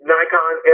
Nikon